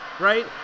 right